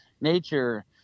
nature